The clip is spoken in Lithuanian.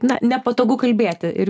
na nepatogu kalbėti ir